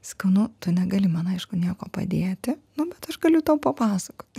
sakau nu tu negali man aišku niekuo padėti nu bet aš galiu tau papasakoti